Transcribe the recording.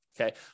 Okay